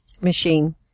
machine